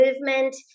movement